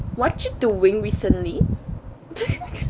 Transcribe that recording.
what you doing recently